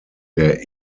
der